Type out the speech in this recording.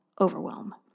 overwhelm